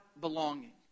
belonging